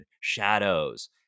shadows